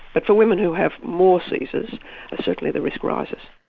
but for women who have more caesars ah certainly the risk rises.